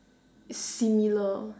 is similar